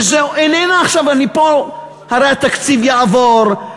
הרי התקציב יעבור,